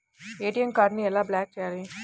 ATM కార్డుని ఎలా block చేయాలి?